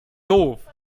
doof